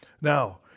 Now